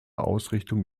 ausrichtung